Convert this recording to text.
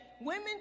women